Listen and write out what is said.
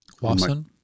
Watson